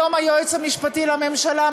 היום היועץ המשפטי לממשלה,